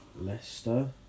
Leicester